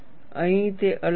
અહીં તે અલગ છે